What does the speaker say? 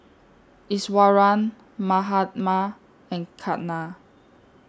Iswaran Mahatma and Ketna